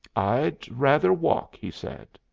i'd rather walk, he said.